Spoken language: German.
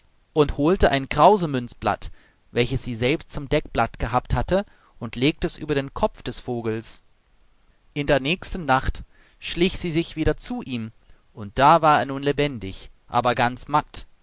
und holte ein krausemünzblatt welches sie selbst zum deckblatt gehabt hatte und legte es über den kopf des vogels in der nächsten nacht schlich sie sich wieder zu ihm und da war er nun lebendig aber ganz matt